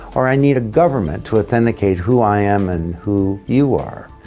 or i need a government to authenticate who i am and who you are.